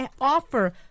offer